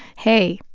hey,